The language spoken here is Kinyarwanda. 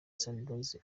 sunrise